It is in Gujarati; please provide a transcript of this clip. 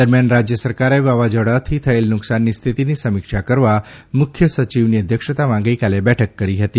દરમ્યાન રાજય સરકારે વાવાઝોડાથી થયેલ નુકસાનની સ્થિતિની સમીક્ષા કરવા મુખ્ય સચિવની અધ્યક્ષતામાં ગઇકાલે બેઠક કરી હતી